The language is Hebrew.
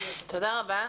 תודה רבה.